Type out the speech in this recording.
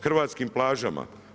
Hrvatskim plažama?